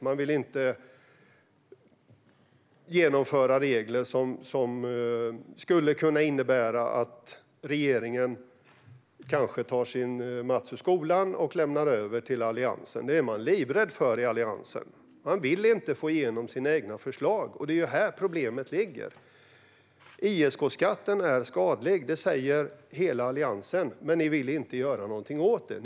Man vill inte genomföra regler som skulle kunna innebära att regeringen tar sin mats ur skolan och lämnar över till Alliansen. Det är man livrädd för i Alliansen - man vill inte få igenom sina egna förslag. Det är här problemet ligger. ISK-skatten är skadlig; det säger hela Alliansen. Men ni vill inte göra någonting åt det.